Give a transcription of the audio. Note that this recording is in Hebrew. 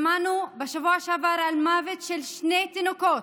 בשבוע שעבר שמענו על מוות של שני תינוקות.